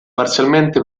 parzialmente